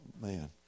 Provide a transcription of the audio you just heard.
man